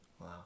Wow